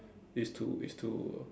is to is to